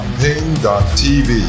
pain.tv